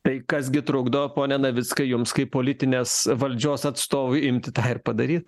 tai kas gi trukdo pone navickai jums kaip politinės valdžios atstovui imti tą ir padaryt